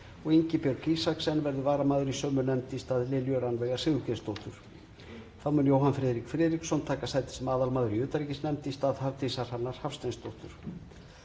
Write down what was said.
og Ingibjörg Isaksen verður varamaður í sömu nefnd í stað Lilju Rannveigar Sigurgeirsdóttur. Þá mun Jóhann Friðrik Friðriksson taka sæti sem aðalmaður í utanríkismálanefnd í stað Hafdísar Hrannar Hafsteinsdóttur.